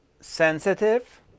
sensitive